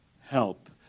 help